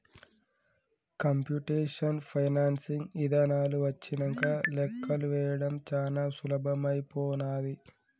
computational financing ఇదానాలు వచ్చినంక లెక్కలు వేయడం చానా సులభమైపోనాది